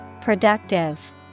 Productive